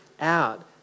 out